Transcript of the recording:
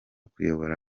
kuyobora